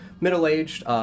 middle-aged